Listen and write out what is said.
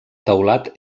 teulat